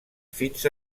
fins